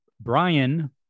Brian